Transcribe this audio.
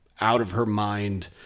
out-of-her-mind